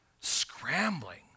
scrambling